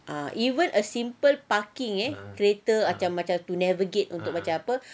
ah even a simple parking eh kereta to navigate macam macam apa